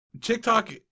TikTok